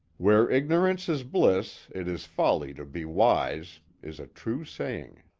where ignorance is bliss, it is folly to be wise, is a true saying.